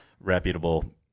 reputable